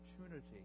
opportunity